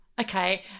Okay